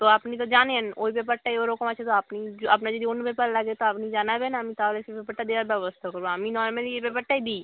তো আপনি তো জানেন ওই পেপারটায় ওরকম আছে তো আপনি আপনার যদি অন্য পেপার লাগে তো আপনি জানাবেন তো আমি তাহলে সেই পেপারটা দেওয়ার ব্যবস্থা করবো আমি নর্মালি এই পেপারটাই দিই